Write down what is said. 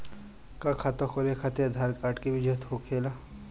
का खाता खोले खातिर आधार कार्ड के भी जरूरत होखेला?